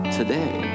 today